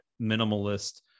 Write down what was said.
minimalist